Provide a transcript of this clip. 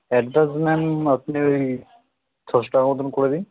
advance ma'am আপনি ওই ছশো টাকার মতোন করে দিন